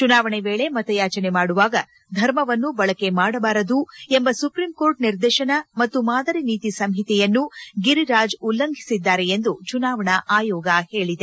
ಚುನಾವಣೆ ವೇಳೆ ಮತಯಾಚನೆ ಮಾಡುವಾಗ ಧರ್ಮವನ್ನು ಬಳಕೆ ಮಾಡಬಾರದು ಎಂಬ ಸುಪ್ರೀಂಕೋರ್ಟ್ ನಿರ್ದೇತನ ಮತ್ತು ಮಾದರಿ ನೀತಿ ಸಂಹಿತೆಯನ್ನು ಗಿರಿರಾಜ್ ಉಲ್ಲಂಘಿಸಿದ್ದಾರೆ ಎಂದು ಚುನಾವಣಾ ಆಯೋಗ ಹೇಳಿದೆ